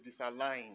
disaligned